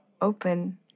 open